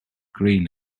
green